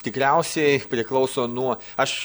tikriausiai priklauso nuo aš